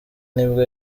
nibwo